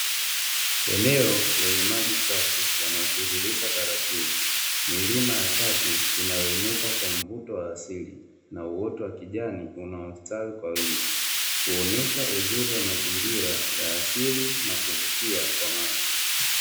Eneo lenye maji safi yanayotirika taratibu milima ya kati inayoinuka kwa mvuto wa asili na uoto wa kijani unaostawi kwa wingi. Huonesha uzuri wa mazingira ya asili na kuvutia kwa macho.